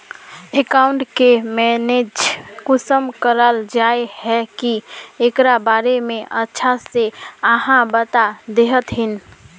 Account के manage कुंसम कराल जाय है की एकरा बारे में अच्छा से आहाँ बता देतहिन?